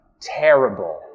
Terrible